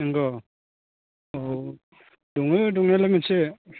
नंगौ औ दङो दंनायालाय मोनसे